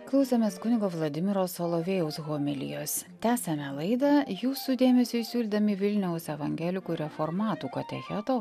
klausėmės kunigo vladimiro solovėjaus homilijos tęsiame laidą jūsų dėmesiui siūlydami vilniaus evangelikų reformatų katecheto